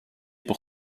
pour